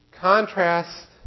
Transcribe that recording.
Contrast